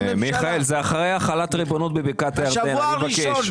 זה אחרי החלת ריבונות בבקעת הירדן, אני מבקש.